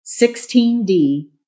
16D